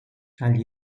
agli